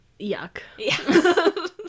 Yuck